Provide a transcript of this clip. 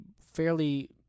fairly